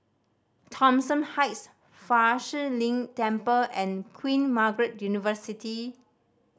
Thomson Heights Fa Shi Lin Temple and Queen Margaret University